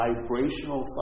vibrational